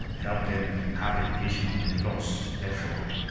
help them have education on their laws. therefore,